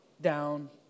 down